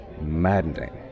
maddening